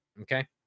Okay